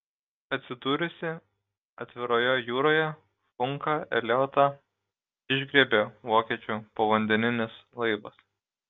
atsidūrusį atviroje jūroje funką eliotą išgriebė vokiečių povandeninis laivas